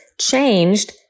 changed